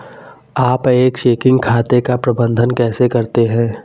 आप एक चेकिंग खाते का प्रबंधन कैसे करते हैं?